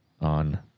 on